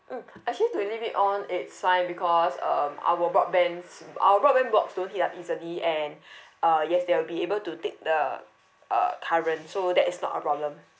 mm actually to leave it on it's fine because um our broadbands our broadband board don't heat up easily and uh yes they'll be able to take the uh current so that is not a problem